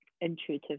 intuitive